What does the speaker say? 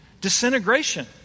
Disintegration